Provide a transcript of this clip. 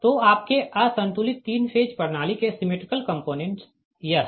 तो आपके असंतुलित तीन फेज प्रणाली के सिमेट्रिकल कंपोनेंट्स यह है